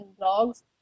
blogs